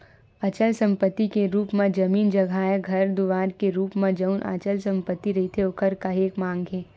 अचल संपत्ति के रुप म जमीन जघाए घर दुवार के रुप म जउन अचल संपत्ति रहिथे ओखर काहेक मांग हे